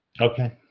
Okay